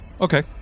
Okay